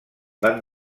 van